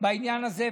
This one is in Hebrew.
בעניין הזה.